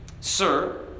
Sir